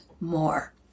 more